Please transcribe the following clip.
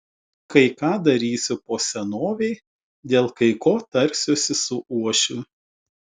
kai ką darysiu po senovei dėl kai ko tarsiuosi su uošviu